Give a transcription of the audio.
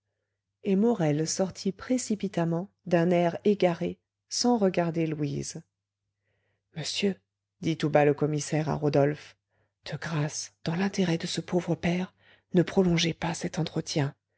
et morel sortit précipitamment d'un air égaré sans regarder louise monsieur dit tout bas le commissaire à rodolphe de grâce dans l'intérêt de ce pauvre père ne prolongez pas cet entretien